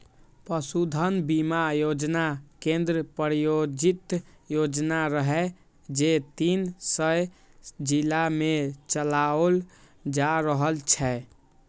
पशुधन बीमा योजना केंद्र प्रायोजित योजना रहै, जे तीन सय जिला मे चलाओल जा रहल छै